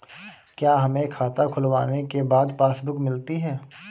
क्या हमें खाता खुलवाने के बाद पासबुक मिलती है?